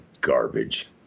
Garbage